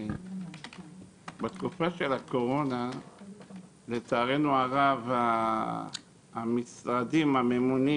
בתקופה של הקורונה לצערנו הרב, המשרדים הממונים